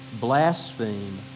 blaspheme